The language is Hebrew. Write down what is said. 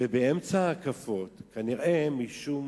ובאמצע ההקפות, כנראה משום